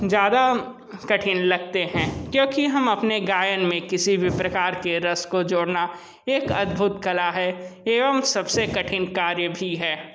ज़्यादा कठिन लगते हैं क्योंकि हम अपने गायन में किसी भी प्रकार के रस को जोड़ना एक अद्भुत कला है एवं सबसे कठिन कार्य भी है